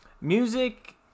music